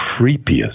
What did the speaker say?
creepiest